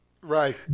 Right